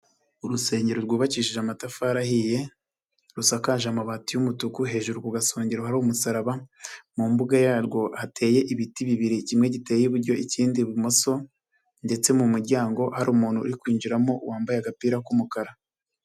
Urusengero rwubakishije amatafari ahiye, rusakaje amabati y'umutuku, hejuru ku gasongeraro hari umusaraba, mu mbuga yarwo hateye ibiti bibiri kimwe giteye iburyo ikindi ibumoso ndetse mu muryango hari umuntu uri kwinjiramo wambaye agapira k'umukara.